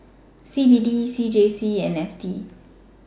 CBD CJC and FT